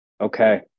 Okay